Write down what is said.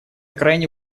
крайне